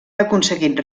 aconseguit